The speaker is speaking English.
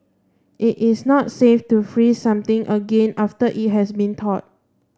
it is not safe to freeze something again after it has been thawed